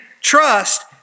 trust